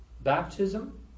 Baptism